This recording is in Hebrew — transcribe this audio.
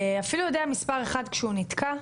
אפילו יודע מספר אחד כשהוא נתקע,